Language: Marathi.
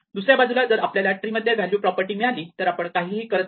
दुसऱ्या बाजूला जर आपल्याला ट्री मध्ये व्हॅल्यू मिळाली तर आपण काहीही करत नाही